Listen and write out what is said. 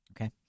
Okay